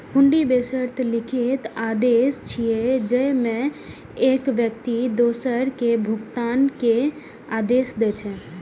हुंडी बेशर्त लिखित आदेश छियै, जेइमे एक व्यक्ति दोसर कें भुगतान के आदेश दै छै